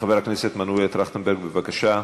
מחבר הכנסת מנואל טרכטנברג, בבקשה,